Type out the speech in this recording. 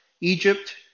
Egypt